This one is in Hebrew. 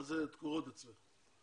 מה זה תקורות אצלך?